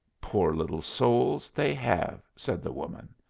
poor little souls, they have, said the woman.